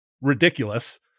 ridiculous